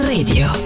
Radio